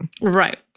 Right